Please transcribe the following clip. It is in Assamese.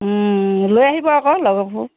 ওম লৈ আহিব আকৌ লগৰবোৰ